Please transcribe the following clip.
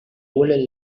vuelven